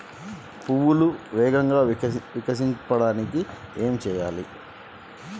పువ్వులను వేగంగా వికసింపచేయటానికి ఏమి చేయాలి?